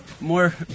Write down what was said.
more